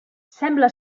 sembla